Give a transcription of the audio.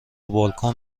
بالکن